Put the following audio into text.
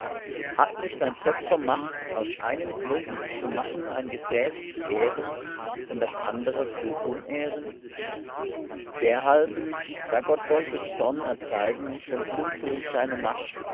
hat nicht ein töpfer macht aus einem klumpen zu machen ein gefäß zu ehren und das andere zu unehren derhalben da gott wollte zorn erzeigen und kundtun seine macht